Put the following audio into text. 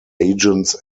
agents